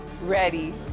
Ready